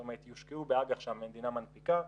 זאת אומרת יושקעו באג"ח שהמדינה מנפיקה,